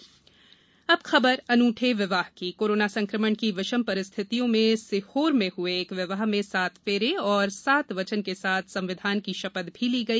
अनठा विवाह अब खबर अनूठे विवाह की कोरोना संक्रमण की विषम परिस्थितियों में सीहोर में हुए एक विवाह में सात फेरे और सात वचन के साथ संविधान की शपथ भी ली गई